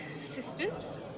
sisters